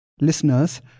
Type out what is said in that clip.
Listeners